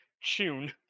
tune